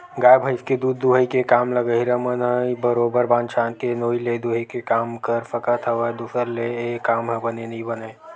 गाय भइस के दूद दूहई के काम ल गहिरा मन ह ही बरोबर बांध छांद के नोई ले दूहे के काम कर सकत हवय दूसर ले ऐ काम ह बने नइ बनय